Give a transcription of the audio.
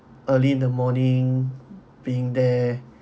early in the morning being there